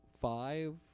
five